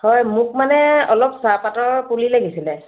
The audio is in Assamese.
হয় মোক মানে অলপ চাহপাতৰ পুলি লাগিছিলে